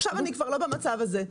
עכשיו אני כבר לא במצב הזה.